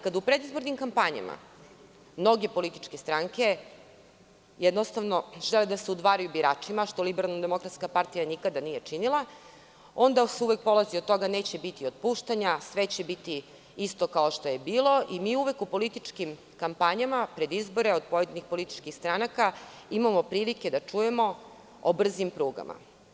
Kada u predizbornim kampanjama mnoge političke stranke jednostavno žele da se udvaraju biračima, što LDP nikada nije činila, onda se uvek polazi od toga da neće biti otpuštanja, sve će biti isto kao što je bilo i mi uvek u političkim kampanjama pred izbore od pojedinih političkih stranaka imamo prilike da čujemo o brzim prugama.